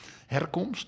herkomst